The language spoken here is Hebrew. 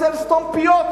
הוא רוצה לסתום פיות,